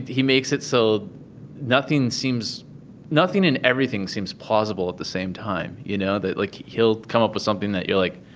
he makes it so nothing seems nothing and everything seems plausible at the same time, you know, that, like, he'll come up with something that you're like,